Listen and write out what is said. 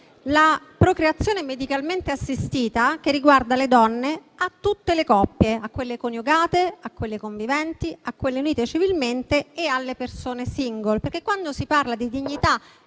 la procreazione medicalmente assistita che riguarda le donne a tutte le coppie, a quelle coniugate, a quelle conviventi, a quelli unite civilmente e alle persone *single*. Quando infatti si parla di dignità